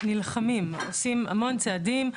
נלחמים ועושים המון צעדים,